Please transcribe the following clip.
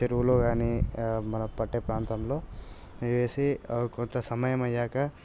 చెరువులో గానీ మన పట్టే ప్రాంతంలో ఏసి కొంత సమయమయ్యాక